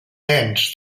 nens